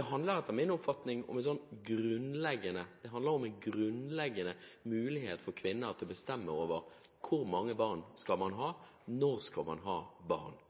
Det handler etter min oppfatning om en grunnleggende mulighet for kvinner til å bestemme hvor mange barn man skal ha, og når man skal ha barn.